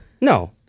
No